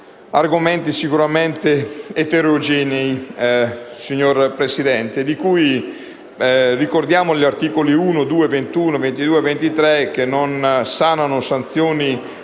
argomenti sicuramente eterogenei, signora Presidente, di cui ricordiamo gli articoli 1, 2, 21, 22 e 23, che non sanano sanzioni ma